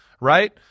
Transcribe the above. right